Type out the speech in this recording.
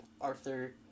Arthur